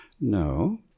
No